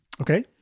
Okay